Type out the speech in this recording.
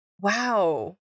Wow